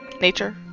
nature